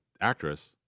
actress